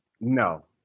no